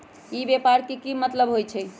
ई व्यापार के की मतलब होई छई?